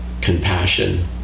compassion